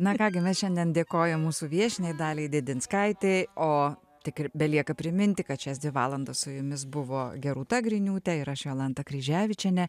na ką gi mes šiandien dėkojam mūsų viešniai daliai dedinskaitei o tik ir belieka priminti kad šias dvi valandas su jumis buvo gerūta griniūtė ir aš jolanta kryževičienė